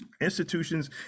institutions